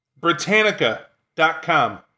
Britannica.com